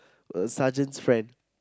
uh sergeant's friend